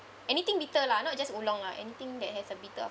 anything bitter lah not just oolong lah anything that has a bitter